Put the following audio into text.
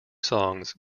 songs